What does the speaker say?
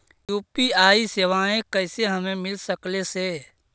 UPI सेवाएं कैसे हमें मिल सकले से?